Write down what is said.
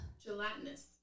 Gelatinous